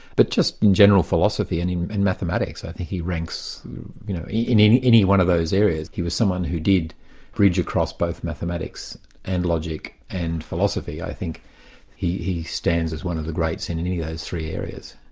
but just in general philosophy, and in and mathematics, i think he ranks you know in any any one of those areas he was someone who did bridge across both mathematics and logic and philosophy. i think he he stands as one of the greats in in any of those three areas.